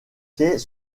quais